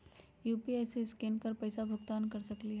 UPI से scan कर पईसा भुगतान कर सकलीहल?